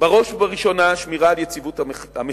בראש ובראשונה שמירה על יציבות המחירים.